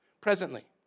presently